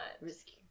Risky